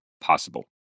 possible